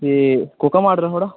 ते कोह्का मॉडल ऐ थुआढ़ा